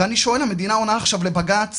ואני שואל, המדינה עונה עכשיו לבג"ץ